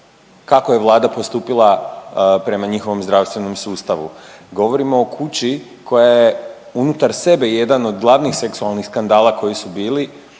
kako je vlada postupila prema njihovom zdravstvenom sustavu. Govorimo o kući koja je unutar sebe jedan od glavnih seksualnih skandala koji su bili